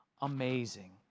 amazing